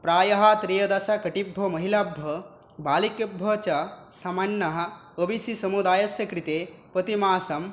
प्रायः त्रयोदशकोटिभ्यः महिलाभ्यः बालिकाभ्यः च सामान्य ओ वि सि समुदायस्य कृते प्रतिमासं